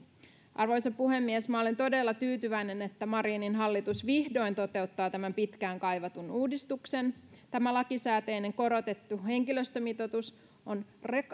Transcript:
arvoisa puhemies minä olen todella tyytyväinen että marinin hallitus vihdoin toteuttaa tämän pitkään kaivatun uudistuksen tämä lakisääteinen korotettu henkilöstömitoitus on